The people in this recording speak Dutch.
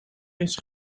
eens